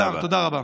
תודה רבה.